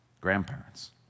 grandparents